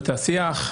את השיח,